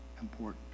important